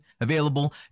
available